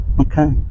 Okay